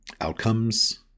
outcomes